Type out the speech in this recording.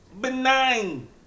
benign